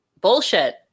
bullshit